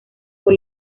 por